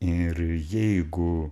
ir jeigu